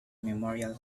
memorial